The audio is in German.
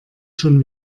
schon